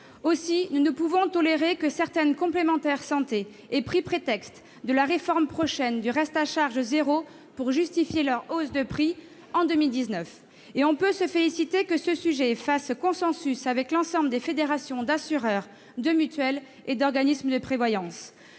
Aussi, nous ne pouvons tolérer que certaines complémentaires santé aient pris prétexte de la réforme prochaine du reste à charge zéro pour justifier leur hausse de prix en 2019. Et l'on peut se féliciter que ce sujet fasse consensus avec l'ensemble des fédérations d'assureurs, de mutuelles et d'organismes de prévoyance.